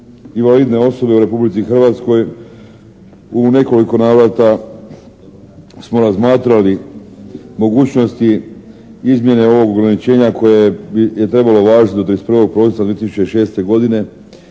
invalidne osobe u Republici Hrvatskoj. U nekoliko navrata smo razmatrali mogućnosti izmjene ovog ograničenja koje je trebalo važiti do 31. prosinca 2006. godine,